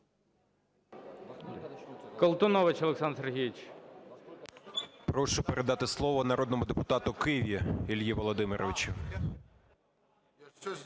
Прошу передати слово народному депутату Киві Іллі Володимировичу.